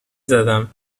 زدم